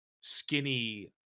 skinny